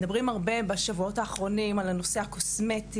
מדברים הרבה בשבועות האחרונים על הנושא הקוסמטי,